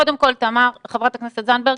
קודם כל, חברת הכנסת זנדברג,